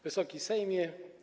Wysoki Sejmie!